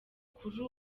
kuri